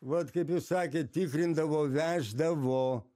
vat kaip jūs sakėt tikrindavo veždavo